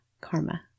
karma